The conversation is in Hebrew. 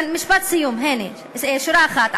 הנה, משפט סיום, שורה אחת.